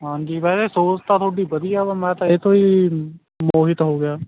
ਹਾਂਜੀ ਬਾਈ ਸੋਚ ਤਾਂ ਤੁਹਾਡੀ ਵਧੀਆ ਮੈਂ ਤਾਂ ਇੱਥੋਂ ਹੀ ਮੋਹਿਤ ਹੋ ਗਿਆ